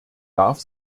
darf